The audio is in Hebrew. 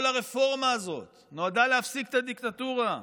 כל הרפורמה הזאת נועדה להפסיק את הדיקטטורה,